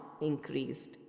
increased